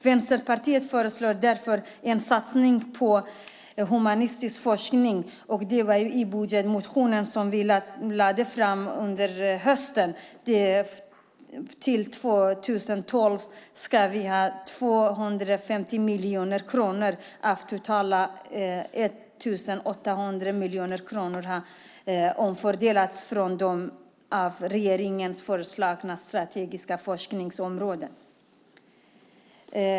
Vänsterpartiet föreslår därför en satsning på humanistisk forskning. Det framgår av vår budgetmotion som vi lade fram under hösten. Vi anser att 250 miljoner kronor av totalt 1 800 miljoner kronor från de av regeringen föreslagna strategiska forskningsområdena ska ha omfördelats till 2012.